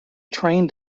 trained